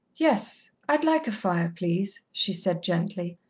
yes, i'd like a fire, please, she said gently.